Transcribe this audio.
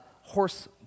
horse